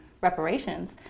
reparations